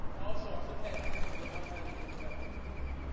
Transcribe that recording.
also, i'm a tattooed the outline of your butts um are on me